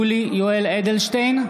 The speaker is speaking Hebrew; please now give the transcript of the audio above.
אדלשטיין,